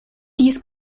dies